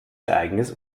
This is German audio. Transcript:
ereignis